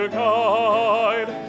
guide